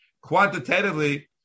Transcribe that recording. quantitatively